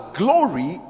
glory